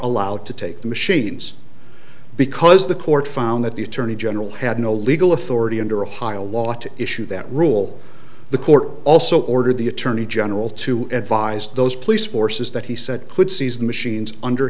allowed to take the machines because the court found that the attorney general had no legal authority under ohio law to issue that rule the court also ordered the attorney general to advise those police forces that he said could seize the machines under